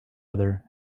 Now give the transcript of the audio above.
other